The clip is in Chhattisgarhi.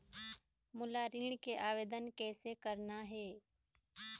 मोला ऋण के आवेदन कैसे करना हे?